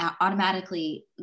automatically